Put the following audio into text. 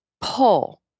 pull